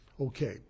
okay